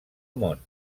món